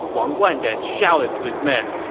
wang guan then shouted to his men,